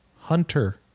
hunter